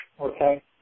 okay